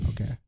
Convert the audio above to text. Okay